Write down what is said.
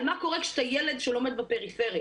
על מה קורה כשאתה ילד שלומד בפריפריה,